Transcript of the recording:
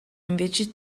invece